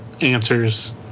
answers